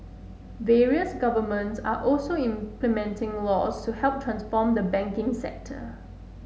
various governments are also implementing laws to help transform the banking sector